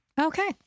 Okay